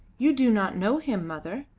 you do not know him, mother.